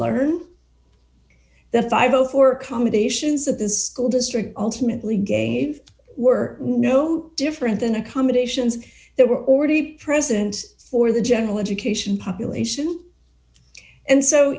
learn the five o four accommodations of this school district ultimately gave were no different than accommodations that were already present for the general education population and so